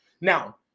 Now